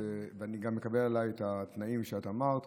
ואני גם מקבל עליי את התנאים שדיברת עליהם.